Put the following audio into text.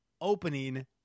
opening